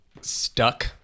stuck